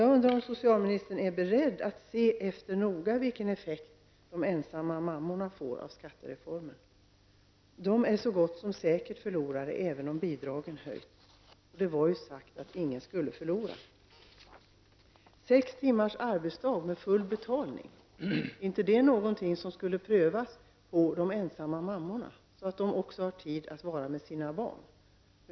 Jag undrar om statsrådet är beredd att noga undersöka vilken effekten blir av skattereformen för de ensamma mammorna. De är så gott som säkert förlorare, även om bidragen höjs. Men det har sagts att ingen skall förlora på reformen. Är inte sex timmars arbetsdag med full betalning någonting som borde införas för de ensamma mammorna, så att de också får tid att vara med sina barn?